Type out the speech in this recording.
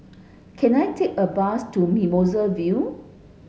can I take a bus to Mimosa Vale